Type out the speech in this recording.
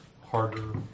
harder